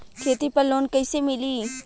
खेती पर लोन कईसे मिली?